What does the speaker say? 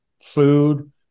food